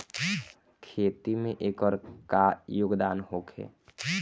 खेती में एकर का योगदान होखे?